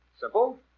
Simple